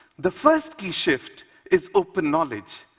the first key shift is open knowledge.